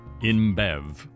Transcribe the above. InBev